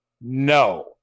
No